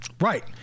Right